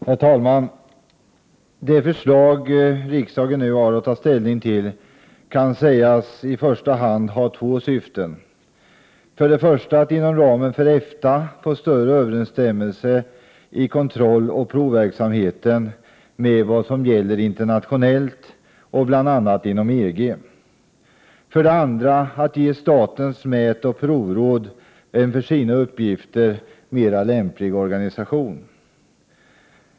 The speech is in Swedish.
Herr talman! Det förslag som riksdagen nu har att ta ställning till kan sägas ha i första hand två syften: för det första att inom ramen för EFTA få större överensstämmelse i kontrolloch provverksamheten med vad som gäller internationellt, bl.a. inom EG, och för det andra att ge statens mätoch provråd en för sina uppgifter mera lämplig organisation.